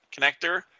connector